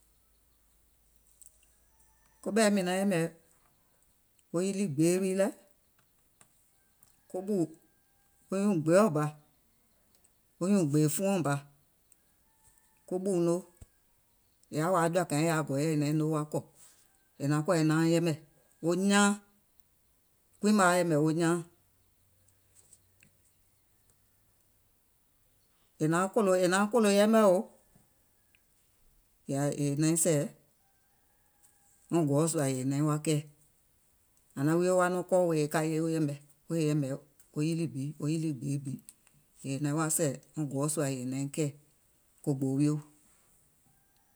Ko ɓɛ̀iŋ maŋ yɛ̀mɛ̀ wo yilì gbee wii lɛ̀, ko ɓù nyuùŋ gbeeɔ̀ bà, wo nyùùŋ gbèè fuɔɔ̀ŋ bà ko ɓùu noo. È yaà wa jɔ̀àkàiŋ è naiŋ noo wa kɔ̀ è nauŋ yɛmɛ̀, wo nyaaŋ, kuii maŋ wa yɛ̀mɛ̀ wo nyaaŋ. È nauŋ kòlò yɛɛmɛ òo. È naiŋ sɛ̀ɛ̀ wɔŋ gɔɔ̀ sùà è naiŋ wa kɛɛ̀. Àŋ naŋ wio wa nɔŋ kɔɔ̀ wèè euŋ yɛmɛ̀, wo yilì bi, wo yilì gbee bi, yèè è naiŋ wa sɛ̀ɛ̀ wɔŋ gɔɔ̀ sùà yèè è naiŋ kɛɛ̀, ko gboo wio.